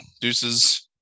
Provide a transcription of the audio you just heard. deuces